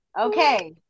Okay